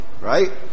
Right